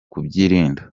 kubyirinda